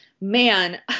man